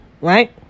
right